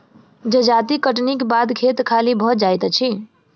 जजाति कटनीक बाद खेत खाली भ जाइत अछि